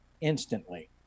instantly